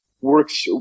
works